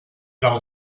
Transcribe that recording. del